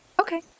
Okay